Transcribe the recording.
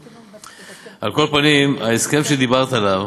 על כל פנים, ההסכם שדיברת עליו